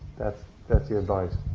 that's that's the advice.